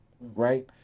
right